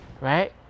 right